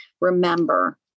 remember